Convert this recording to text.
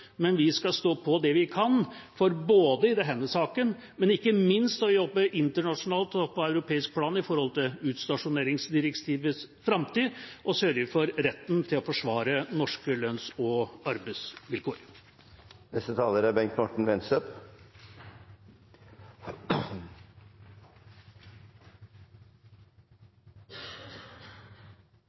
men vi skal stå på det vi kan for denne saken, og ikke minst skal vi jobbe internasjonalt og på europeisk plan når det gjelder utstasjoneringsdirektivets framtid, og sørge for retten til å forsvare norske lønns- og arbeidsvilkår. En forutsetning for vår velferd er